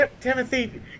Timothy